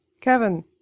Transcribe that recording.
Kevin